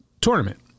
tournament